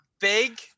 Big